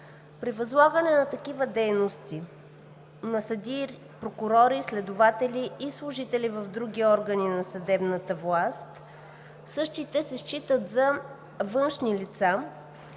При възлагане на такива дейности на съдии, прокурори, следователи и служители в други органи на съдебната власт същите се считат за външни лица